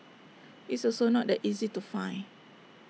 it's also not that easy to find